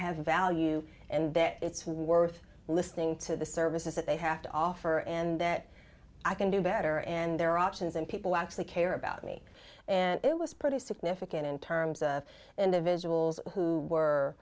have a value and that it's worth listening to the services that they have to offer and that i can do better and there are options and people actually care about me and it was pretty significant in terms of individuals who were